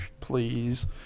please